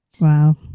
Wow